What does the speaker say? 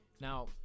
Now